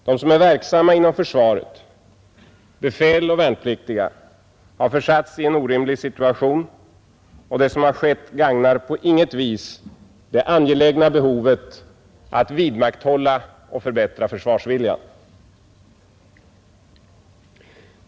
De som är verksamma inom försvaret, befäl och värnpliktiga, har försatts i en orimlig situation, och det som skett gagnar på inget vis det angelägna behovet att vidmakthålla och förbättra försvarsviljan.